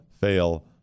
fail